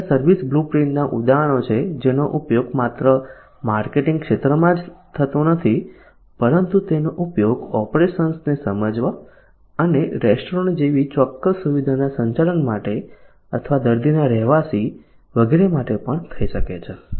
તેથી આ સર્વિસ બ્લુપ્રિન્ટના ઉદાહરણો છે જેનો ઉપયોગ માત્ર માર્કેટિંગ ક્ષેત્રમાં જ થતો નથી પરંતુ તેનો ઉપયોગ ઓપરેશન્સને સમજવા અને રેસ્ટોરન્ટ જેવી ચોક્કસ સુવિધાના સંચાલન માટે અથવા દર્દીના રહેવાસી વગેરે માટે પણ થઈ શકે છે